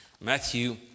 Matthew